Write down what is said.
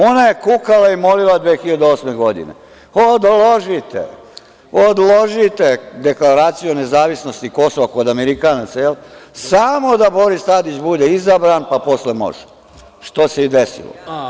Ona je kukala i molila 2008. godine – odložite, odložite deklaraciju nezavisnosti Kosova kod Amerikanaca, samo da Boris Tadić bude izabran, pa posle može, što se i desilo.